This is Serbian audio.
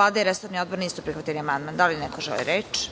Vlada i resorni odbor nisu prihvatili amandman. Da li neko želi reč?